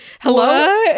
hello